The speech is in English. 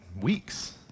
weeks